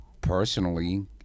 personally